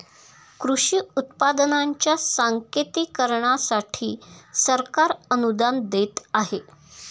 कृषी उत्पादनांच्या सांकेतिकीकरणासाठी सरकार अनुदान देत आहे